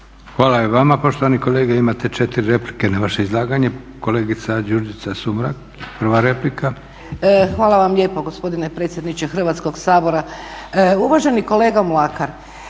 Hvala i vama poštovani kolega. Imate 4 replike na vaše izlaganje. Kolegica Đurđica Sumrak, prva replika. **Sumrak, Đurđica (HDZ)** Hvala vam lijepo gospodine predsjedniče Hrvatskog sabora. Uvaženi kolega Mlakar,